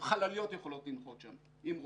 חלליות יכולות לנחות שם, אם רוצים.